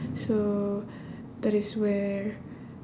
so that is where